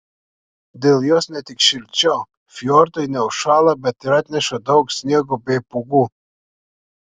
dėl jos ne tik šilčiau fjordai neužšąla bet ir atneša daug sniego bei pūgų